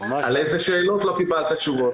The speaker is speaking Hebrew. על איזה שאלות לא קיבלת תשובות?